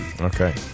Okay